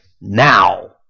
now